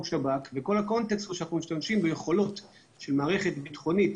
שב"כ וכל הקונטקסט הוא שאנחנו משתמשים ביכולת של מערכת ביטחונית